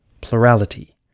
plurality